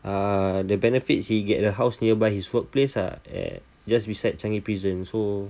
uh the benefits you get a house nearby his workplace uh at just besides changi prison so